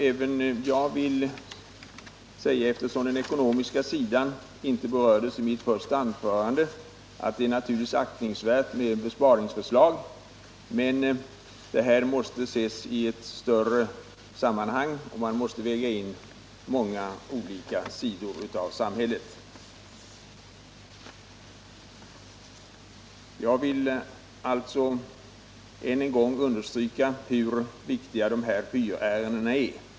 Även jag vill nu framhålla, eftersom den ekonomiska sidan inte berördes i mitt första anförande, att det naturligtvis är aktningsvärt med besparingsförslag men att denna fråga måste ses i ett större sammanhang, där man måste väga in många olika samhällsfunktioner. Jag vill än en gång betona hur viktiga dessa fyrärenden är.